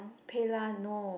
PayLah no